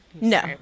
No